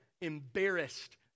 embarrassed